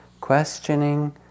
questioning